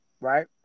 Right